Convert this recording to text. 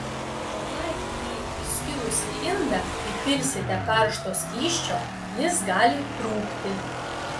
o jei į įskilusį indą įpilsite karšto skysčio jis gali trūkti